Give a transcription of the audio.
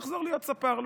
לחזור להיות ספר.